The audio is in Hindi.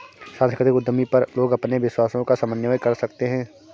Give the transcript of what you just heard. सांस्कृतिक उद्यमी पर लोग अपने विश्वासों का समन्वय कर सकते है